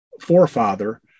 forefather